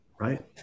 right